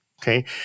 Okay